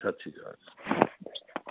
ਸਤਿ ਸ਼੍ਰੀ ਅਕਾਲ